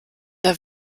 der